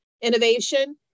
innovation